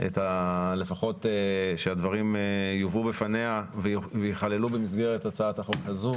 לפחות שהדברים יובאו בפניה וייכללו במסגרת הצעת החוק הזו